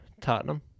Tottenham